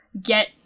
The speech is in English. get